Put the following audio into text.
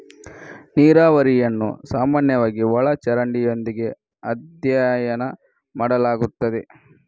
ನೀರಾವರಿಯನ್ನು ಸಾಮಾನ್ಯವಾಗಿ ಒಳ ಚರಂಡಿಯೊಂದಿಗೆ ಅಧ್ಯಯನ ಮಾಡಲಾಗುತ್ತದೆ